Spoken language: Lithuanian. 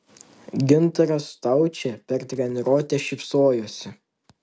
gintaras staučė per treniruotę šypsojosi